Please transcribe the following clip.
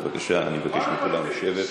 בבקשה, אני מבקש מכולם לשבת.